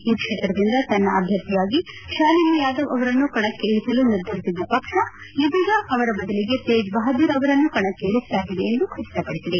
ಈ ಕ್ಷೇತ್ರದಿಂದ ತನ್ನ ಅಭ್ಯರ್ಥಿಯಾಗಿ ಶಾಲಿನಿ ಯಾದವ್ ಅವರನ್ನು ಕಣಕ್ಕೆ ಇಳಿಸಲು ನಿರ್ಧರಿಸಿದ್ದ ಪಕ್ಷ ಇದೀಗ ಅವರ ಬದಲಿಗೆ ತೇಜ್ಬಹ್ದೂರ್ ಅವರನ್ನು ಕಣಕ್ಕಿಳಿಸಲಾಗಿದೆ ಎಂದು ಖಚಿತಪಡಿಸಿದೆ